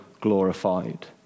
glorified